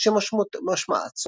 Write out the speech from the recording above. שמשמעה צואה.